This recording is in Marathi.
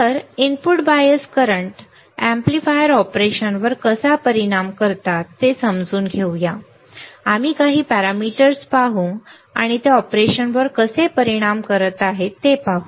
तर इनपुट बायस करंट्स एम्पलीफायर ऑपरेशनवर कसा परिणाम करतात ते समजून घेऊया आम्ही काही पॅरामीटर्स पाहू आणि ते ऑपरेशनवर कसे परिणाम करत आहेत ते पाहू